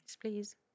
Please